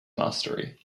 mastery